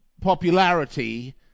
popularity